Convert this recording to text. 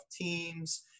Teams